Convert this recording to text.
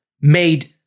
made